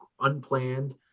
unplanned